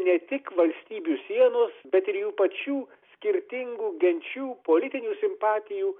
ne tik valstybių sienos bet ir jų pačių skirtingų genčių politinių simpatijų